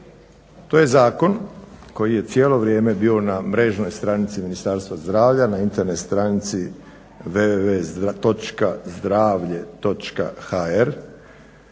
To je zakon koji je cijelo vrijeme bio na mrežnoj stranici Ministarstva zdravlja na internet stranici www.zdravlje.hr